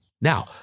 Now